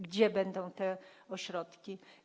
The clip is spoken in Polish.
Gdzie będą te ośrodki?